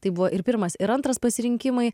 tai buvo ir pirmas ir antras pasirinkimai